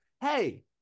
hey